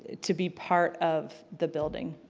to be part of the building.